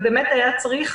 באמת היה צריך